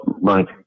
Mike